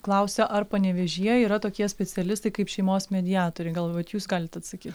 klausia ar panevėžyje yra tokie specialistai kaip šeimos mediatoriai gal vat jūs galit atsakyt